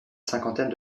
cinquantaine